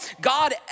God